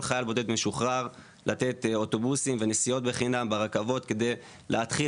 חייל בודד משוחרר לתת אוטובוסים ונסיעות בחינם ברכבות כדי להתחיל